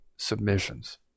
submissions